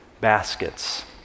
baskets